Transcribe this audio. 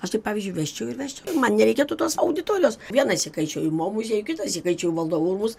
aš tai pavyzdžiui vesčiau ir vesčiau ir man nereikėtų tos auditorijos vienąsyk aičiau į mo muziejų kitąsyk aičiau į valdovų rūmus